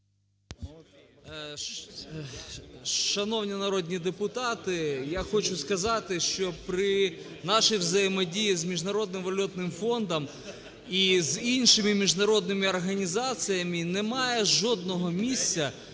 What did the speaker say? Шановні народні депутати! Я хочу сказати, що при наших взаємодіях з Міжнародним валютним фондом і іншими міжнародними організаціями немає жодного місця